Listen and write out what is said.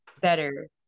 better